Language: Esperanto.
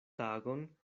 tagon